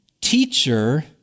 teacher